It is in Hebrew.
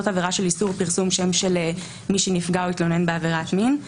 עבירה של איסור פרסום שם של מי שנפגע או התלונן בעבירת מין.